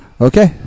okay